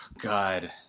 God